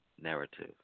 narrative